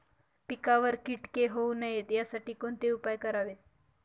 पिकावर किटके होऊ नयेत यासाठी कोणते उपाय करावेत?